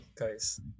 guys